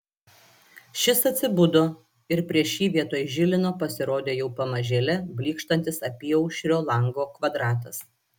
šis atsibudo ir prieš jį vietoj žilino pasirodė jau pamažėle blykštantis apyaušrio lango kvadratas